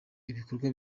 ibikorwa